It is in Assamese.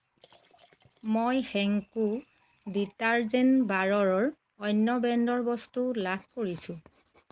মই হেংকো ডিটাৰ্জেন্ট বাৰৰ অন্য ব্ৰেণ্ডৰ বস্তু লাভ কৰিছোঁ